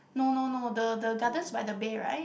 no no no the the Gardens by the Bay right